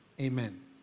Amen